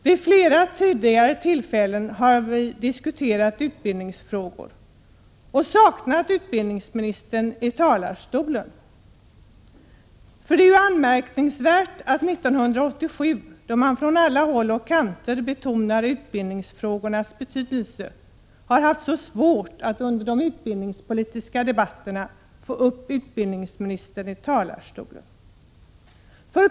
Vid flera tidigare tillfällen när vi har diskuterat utbildningsfrågor har vi saknat utbildningsministern i talarstolen. Det är anmärkningsvärt att vi år 1987 när man från alla håll och kanter betonar utbildningsfrågornas betydelse har haft så svårt att få upp utbildningsministern i talarstolen under de utbildningspolitiska debatterna.